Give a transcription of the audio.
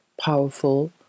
powerful